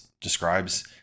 describes